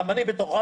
גם אני בתוכם,